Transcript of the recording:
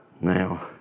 Now